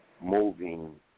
Moving